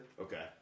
Okay